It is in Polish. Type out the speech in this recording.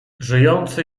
żyjący